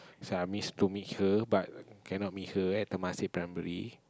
so I miss to meet her but cannot meet her at Temasek Primary